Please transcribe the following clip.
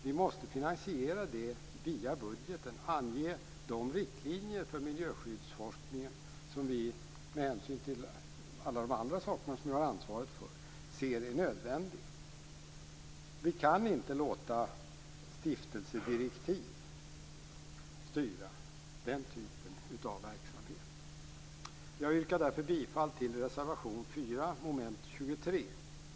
Vi måste finansiera det via budgeten och ange de riktlinjer för miljöskyddsforskningen som vi, med hänsyn till alla andra saker som vi har ansvaret för, ser är nödvändiga. Vi kan inte låta stiftelsedirektiv styra den typen av verksamhet. Jag yrkar därför bifall till reservation 4 under mom. 23.